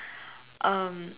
um